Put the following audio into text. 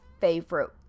favorite